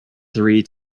three